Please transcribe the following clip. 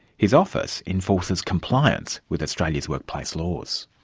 whose office enforces compliance with australia's workplace laws.